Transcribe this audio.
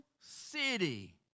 city